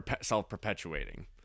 self-perpetuating